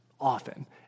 often